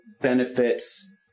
benefits